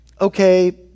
okay